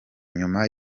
nyuma